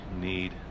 need